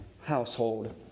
household